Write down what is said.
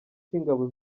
cy’ingabo